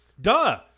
duh